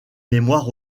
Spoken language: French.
mémoire